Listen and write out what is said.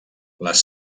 les